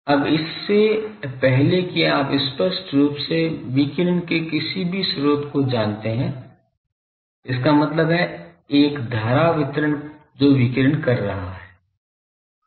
अब इससे पहले कि आप स्पष्ट रूप से विकिरण के किसी भी स्रोत को जानते हैं इसका मतलब है एक धारा वितरण जो विकीर्ण कर रहा है